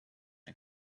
ein